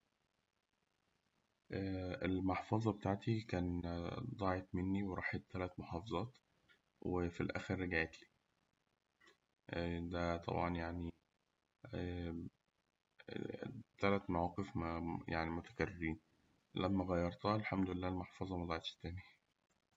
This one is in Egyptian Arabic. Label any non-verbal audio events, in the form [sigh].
[hesitation] المحفظة بتاعتي كان ضاعت مني وراحت تلات محافظات [hesitation] وفي الآخر رجعت لي ده طبعاً يعني [hesitation] تلات مواقف يعني م- متكررين، لما غيرتها، الحمد لله المحفظة مضاعتش تاني.